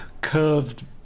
curved